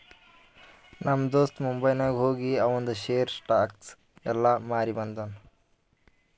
ನಮ್ ದೋಸ್ತ ಮುಂಬೈನಾಗ್ ಹೋಗಿ ಆವಂದ್ ಶೇರ್, ಸ್ಟಾಕ್ಸ್ ಎಲ್ಲಾ ಮಾರಿ ಬಂದುನ್